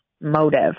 motive